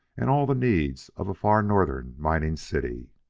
and all the needs of a far-northern mining city.